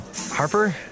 Harper